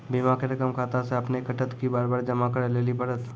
बीमा के रकम खाता से अपने कटत कि बार बार जमा करे लेली पड़त?